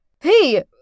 Hey